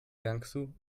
guangzhou